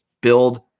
build